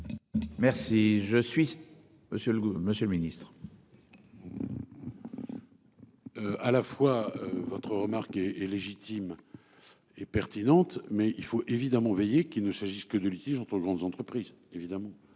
Monsieur le monsieur le ministre. À la fois votre remarque est est légitime. Et pertinente mais il faut évidemment veiller qu'il ne s'agisse que de litige entre grandes entreprises, évidemment